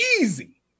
Easy